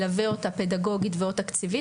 מלווה אותה פדגוגית ו/או תקציבית,